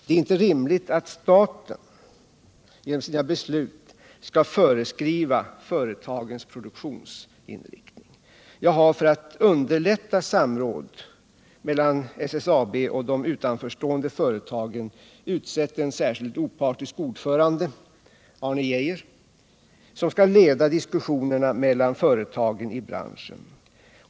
Det är inte rimligt att staten genom sina beslut skall föreskriva företagens produktionsinriktning. Jag har, för att underlätta samråd mellan SSAB och de utanförstående företagen, utsett en särskild opartisk ordförande, Arne Geijer, att leda diskussionerna mellan företagen i branschen.